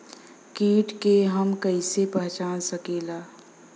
कीट के हम कईसे पहचान सकीला